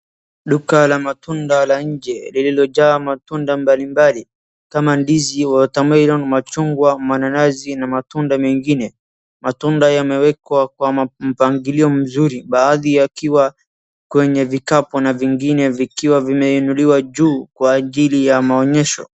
Duka la matunda la nje lilojaa matunda mbalimbali kama ndizi, watermelon , machungwa, mananasi na matunda mengine. Matunda yamewekwa kwa mpangilio mzuri baadhi yakiwa kwenye vikapu na vingine vikiwa vimeunuliwa juu kwa ajili ya maonyesho.